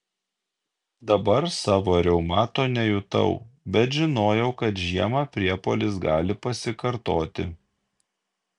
dabar savo reumato nejutau bet žinojau kad žiemą priepuolis gali pasikartoti